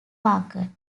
market